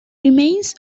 remains